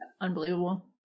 Unbelievable